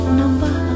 number